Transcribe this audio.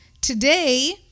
Today